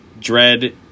Dread